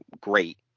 great